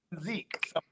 Zeke